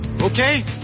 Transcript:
Okay